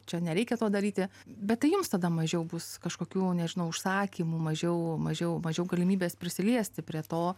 čia nereikia to daryti bet tai jums tada mažiau bus kažkokių nežinau užsakymų mažiau mažiau mažiau galimybės prisiliesti prie to